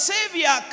Savior